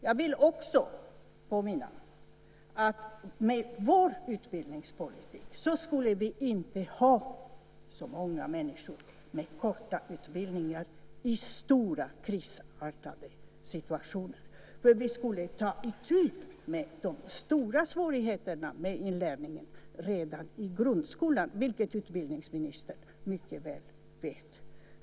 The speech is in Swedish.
Jag vill också påminna om att vi med vår utbildningspolitik inte skulle ha så många människor med korta utbildningar i krisartade situationer. Vi skulle nämligen ta itu med de stora svårigheterna med inlärningen redan i grundskolan, vilket utbildningsministern mycket väl vet.